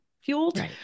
fueled